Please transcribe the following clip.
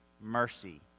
mercy